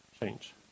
change